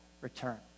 return